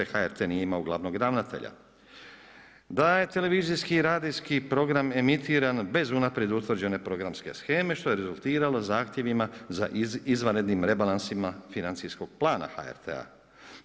HRT nije imao glavnog ravnatelja, da je televizijski i radijski program emitiran bez unaprijed utvrđene programske sheme, što je rezultiralo zahtjevima za izvanrednim rebalansima financijskog plana HRT-a.